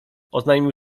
oznajmił